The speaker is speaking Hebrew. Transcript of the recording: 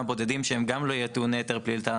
בודדים שהם גם לא יהיו טעוני היתר פליטה.